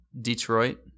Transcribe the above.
Detroit